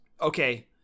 Okay